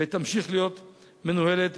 ותמשיך להיות מנוהלת